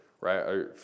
right